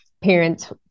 Parents